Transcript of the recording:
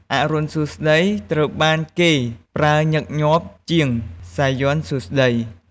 អរុណសួស្តី ត្រូវបានគេប្រើញឹកញាប់ជាង "សាយ័ន្តសួស្តី" ។